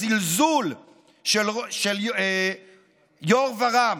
הזלזול של יו"ר ור"מ,